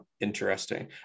Interesting